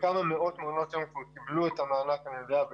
כמה מאות מעונות יום כבר קיבלו את המענק בפועל.